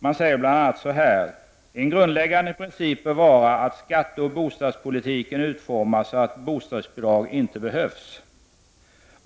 Man säger bl.a.: ”En grundläggande princip bör vara att skatteoch bostadspolitiken utformas så att bostadsbidrag inte behövs.